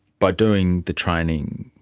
by doing the training,